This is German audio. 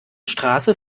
straße